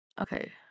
Okay